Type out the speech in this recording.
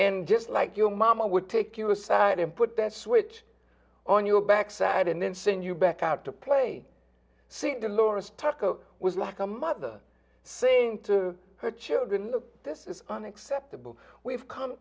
and just like your mama would take you aside and put that switch on your backside and then send you back out to play sit in laura's taco was like a mother saying to her children this is unacceptable we've come